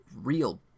real